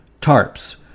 Tarps